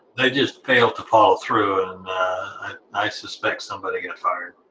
they just failed to follow through and i suspect somebody got fired.